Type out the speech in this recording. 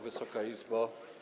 Wysoka Izbo!